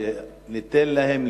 שניתן להם,